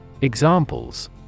examples